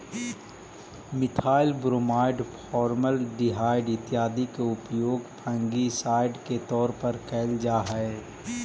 methyl bromide, formaldehyde इत्यादि के उपयोग फंगिसाइड के तौर पर कैल जा हई